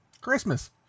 Christmas